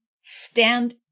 stand